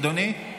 אדוני?